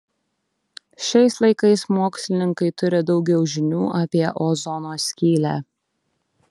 šiais laikais mokslininkai turi daugiau žinių apie ozono skylę